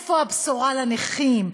איפה הבשורה לנכים?